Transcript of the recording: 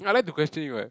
no I like to question you [what]